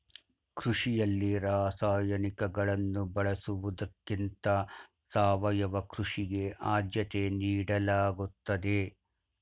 ಕೃಷಿಯಲ್ಲಿ ರಾಸಾಯನಿಕಗಳನ್ನು ಬಳಸುವುದಕ್ಕಿಂತ ಸಾವಯವ ಕೃಷಿಗೆ ಆದ್ಯತೆ ನೀಡಲಾಗುತ್ತದೆ